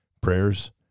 Prayers